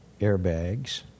Airbags